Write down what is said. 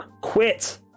Quit